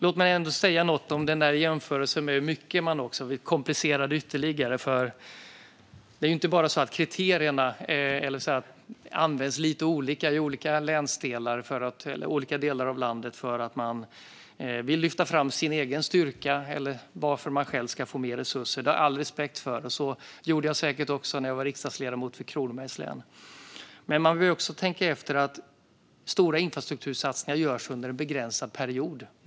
Låt mig ändå säga något om den där jämförelsen över hur mycket länen får och komplicera den ytterligare. Det är nämligen inte bara så att kriterierna används lite olika i olika delar av landet för att man vill lyfta fram sin egen styrka eller ange varför man själv ska få mer resurser. Det har jag all respekt för, och så gjorde säkert jag också när jag var riksdagsledamot för Kronobergs län. Men vi behöver också tänka efter och se att stora nationella infrastruktursatsningar görs under en begränsad period.